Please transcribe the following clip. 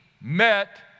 met